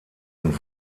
und